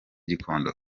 gikondo